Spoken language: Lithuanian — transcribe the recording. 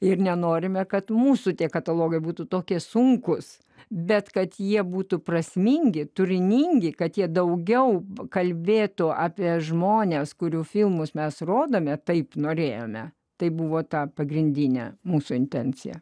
ir nenorime kad mūsų tie katalogai būtų tokie sunkūs bet kad jie būtų prasmingi turiningi kad jie daugiau kalbėtų apie žmones kurių filmus mes rodome taip norėjome tai buvo ta pagrindinė mūsų intencija